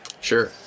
Sure